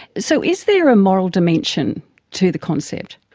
so is there a moral dimension to the concept?